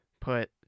put